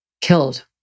killed